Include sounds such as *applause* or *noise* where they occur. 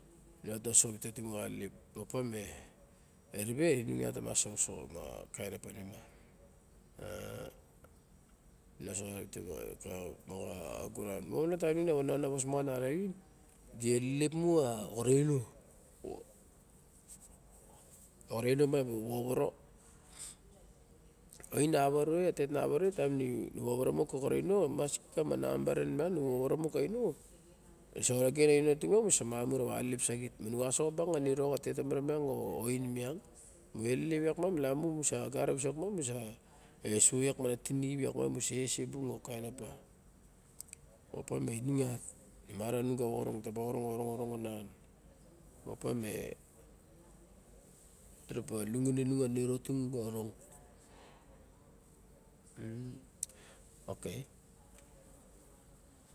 Nao tasol di moxa alelep. *unintelligible* E ribe inung ta mas osoxo ba kain opa nima a- a *unintelligible* moxa uguraran. Lion a taim nixin non awos ma nalaxin, di elelep mumu a xo ra ino. A xo ra ino miang na bu povora. Ain nawa rai, a tet nawa rai taim di vovoro mon ka xo ra ino, maski kawa ma namba ren miang nu vovoro men kaxo ra ino. Nese lo den a xo ra ino tung miang, mu sa ma ma ra wa alelep saxit. Nuxaso xo bang a niro xa tet tomare miang o aun miang. Mu elelep iak miang malamu mu sa gat a visok miang mu sa esuo ma opa ma inung iat. Nu ma nung kawa orong ta ba orong, orong, orong a nan opa me di ra ba laxure nung a niro tung sa orong *noise* okay.